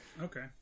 okay